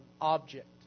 object